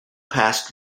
passed